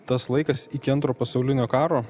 tas laikas iki antro pasaulinio karo